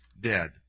dead